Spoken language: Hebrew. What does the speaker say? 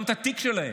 גם את התיק שלהם.